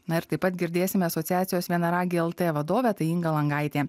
na ir taip pat girdėsime asociacijos vienaragiai lt vadovę tai inga langaitė